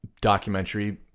documentary